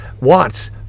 wants